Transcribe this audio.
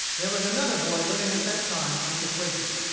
there was another boy living at that time with the quaker.